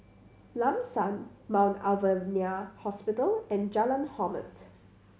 Lam San Mount Alvernia Hospital and Jalan Hormat